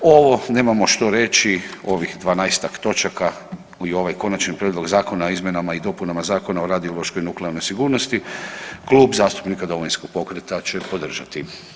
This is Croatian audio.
Nemamo što reći ovih dvanaestak točaka i ovaj Konačni prijedlog zakona o izmjenama i dopunama Zakona o radiološkoj nuklearnoj sigurnosti Klub zastupnika Domovinskog pokreta će podržati.